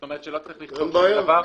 זאת אומרת, שאי אפשר לכתוב שום דבר.